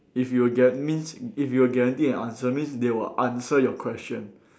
if you were get means if you were guaranteed an answer means they will answer your question